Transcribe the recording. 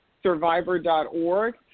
Survivor.org